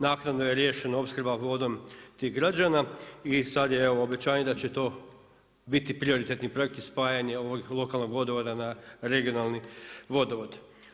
Naknadno je riješena opskrba vodom tih građana i sad je evo obećanje da će to biti prioritetni projekti spajanja ovog lokalnog vodovoda na regionalni vodovod.